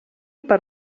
per